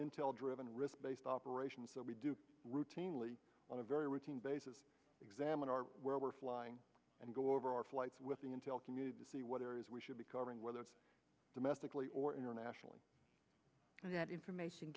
intel driven risk based operation so we do routinely very routine basis examine our where we're flying and go over our flights with the intel community to see what areas we should be covering whether it's domestically or internationally and that information